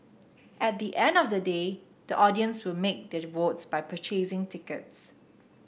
at the end of the day the audience to make their votes by purchasing tickets